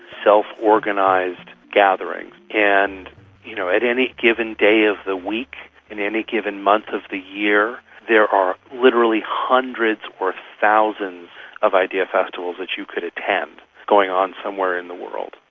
self-organised gatherings, and you know at any given day of the week in any given month of the year there are literally hundreds or thousands of idea festivals that you could attend going on somewhere in the world.